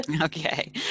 Okay